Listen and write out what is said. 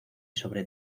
sobre